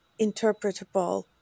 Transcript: interpretable